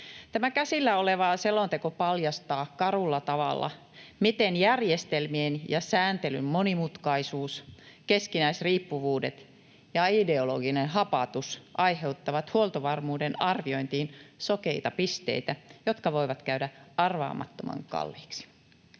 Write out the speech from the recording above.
Tämä käsillä oleva selonteko paljastaa karulla tavalla, miten järjestelmien ja sääntelyn monimutkaisuus, keskinäisriippuvuudet ja ideologinen hapatus aiheuttavat huoltovarmuuden arviointiin sokeita pisteitä, jotka voivat käydä arvaamattoman kalliiksi.